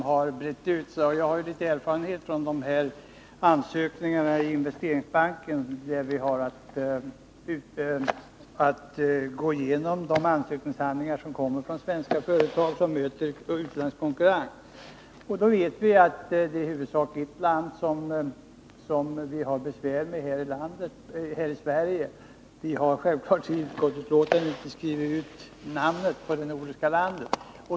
Herr talman! Jag har erfarenheter från investeringsbanken. Vi går där igenom de ansökningshandlingar som kommer in från svenska företag, som möter utländsk konkurrens. Det är huvudsakligen ett land, som vi har besvär med i här i Sverige. Vi har i utskottsbetänkandet självklart inte skrivit ut namnet på detta nordiska land.